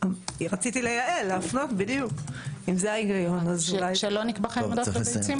כדי שזה יהיה ברור שהוא צריך להיות מוגבל לעניין